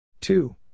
two